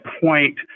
point